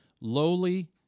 lowly